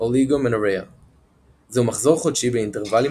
- Oligomenorrhea זהו מחזור חודשי באינטרוולים